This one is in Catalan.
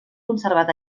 conservat